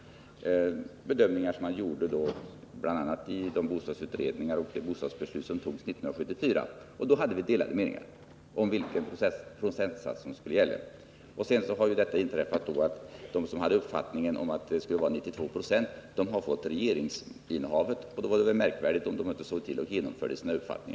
Sådana bedömningar har gjorts bl.a. i de bostadsutredningar som föregick 1974 års bostadsbeslut och i samband med fattandet av detta beslut. Då hade vi delade meningar om vilken procentsats som skulle gälla. Därefter har det inträffat att de som hade den uppfattningen att belåningsgränsen skall ligga vid 92 96 har övertagit regeringsinnehavet. Det hade väl varit märkligt om de då inte också begagnade tillfället att genomdriva sin uppfattning.